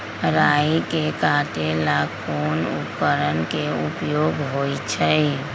राई के काटे ला कोंन उपकरण के उपयोग होइ छई?